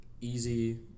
easy